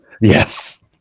yes